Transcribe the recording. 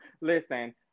Listen